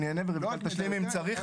אני אענה ורויטל תשלים אם צריך.